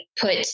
put